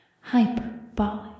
hyperbolic